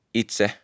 itse